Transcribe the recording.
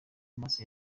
amaso